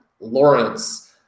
Lawrence